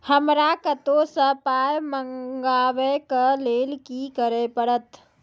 हमरा कतौ सअ पाय मंगावै कऽ लेल की करे पड़त?